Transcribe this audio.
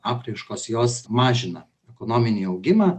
apraiškos jos mažina ekonominį augimą